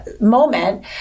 moment